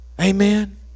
Amen